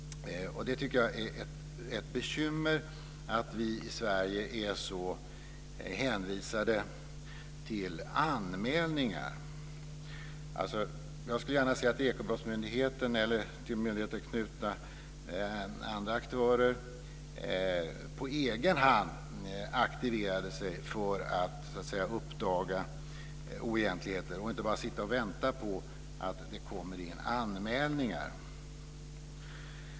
Jag tycker att det är ett bekymmer att vi i Sverige är så hänvisade till anmälningar. Jag skulle gärna se att Ekobrottsmyndigheten eller till denna knutna andra aktörer på egen hand aktiverade sig för att uppdaga oegentligheter och inte bara väntar på att det ska komma in anmälningar.